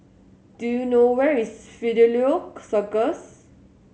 do you know where is Fidelio Circus